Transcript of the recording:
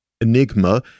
enigma